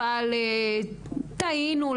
אבל טעינו,